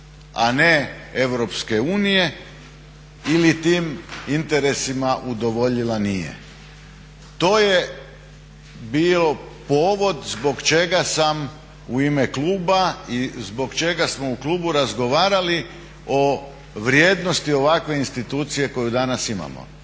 a ne EU ili tim interesima udovoljila nije. To je bio povod zbog čega sam u ime kluba i zbog čega smo u klubu razgovarali o vrijednosti ovakve institucije koju danas imamo.